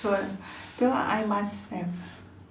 so so I must have